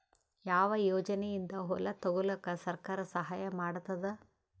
ಯಾವ ಯೋಜನೆಯಿಂದ ಹೊಲ ತೊಗೊಲುಕ ಸರ್ಕಾರ ಸಹಾಯ ಮಾಡತಾದ?